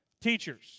teachers